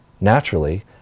naturally